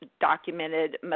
documented